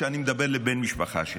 שאני מדבר אל בן משפחה שלי.